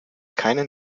keinen